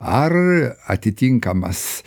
ar atitinkamas